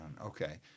Okay